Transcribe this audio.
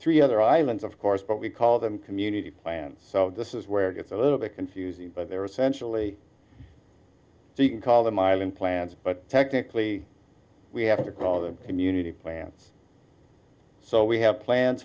three other islands of course but we call them community plans so this is where it gets a little bit confusing but they're essentially you can call them island plants but technically we have to call the community plants so we have plans